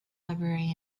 february